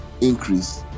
increase